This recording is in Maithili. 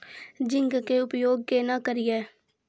जिंक के उपयोग केना करये?